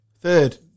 Third